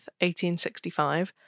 1865